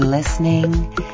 Listening